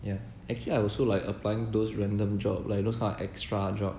yeah actually I also like applying those random job like those kind of extra job